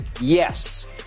yes